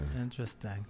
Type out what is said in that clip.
interesting